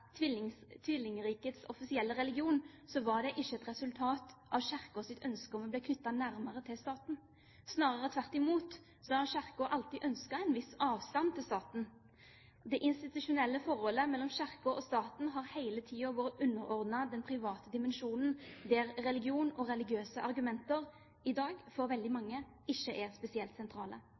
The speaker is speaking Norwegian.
tvillingrikets offisielle religion, var det ikke et resultat av Kirkens ønske om å bli knyttet nærmere til staten. Snarere tvert imot har Kirken alltid ønsket en viss avstand til staten. Det institusjonelle forholdet mellom Kirken og staten har hele tiden vært underordnet den private dimensjonen, der religion og religiøse argumenter i dag for veldig mange ikke er spesielt sentrale.